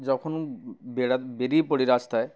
যখন বেরা বেড়িয়ে পড়ি রাস্তায়